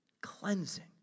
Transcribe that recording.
cleansing